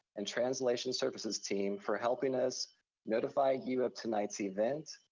and translation services team for helping us notify you of tonight's event,